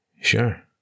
sure